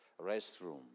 restroom